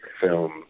film